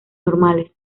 normales